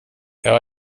jag